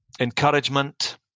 encouragement